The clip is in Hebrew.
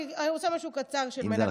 אני רוצה משהו קצר של מנחם בגין.